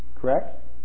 correct